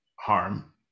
harm